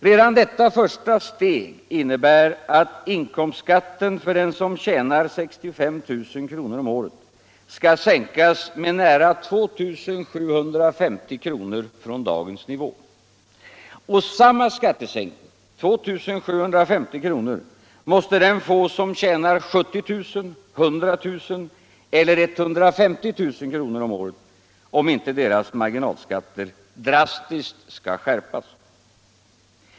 Redan detta första steg innebär att inkomstskatten för den som tjänar 65 000 kr. om året skall sänkas med nära 2 750 kr. från dagens nivå. Och samma skattesänkning — 2 750 kr. — måste de få som tjänar 70 000, 100 000 eller 150 000 kr. om året om inte deras marginalskatter drastiskt skall skärpas.